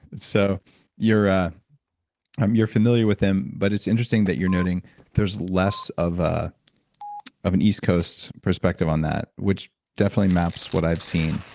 so you're ah um you're familiar with them, but it's interesting that you're noting there's less of ah of an east coast perspective on that which definitely maps what i have seen.